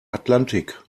atlantik